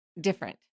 different